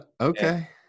Okay